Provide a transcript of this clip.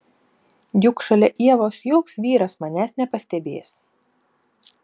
juk šalia ievos joks vyras manęs nepastebės